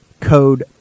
code